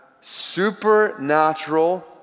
supernatural